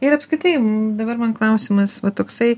ir apskritai dabar man klausimas va toksai